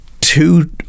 two